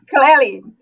Clearly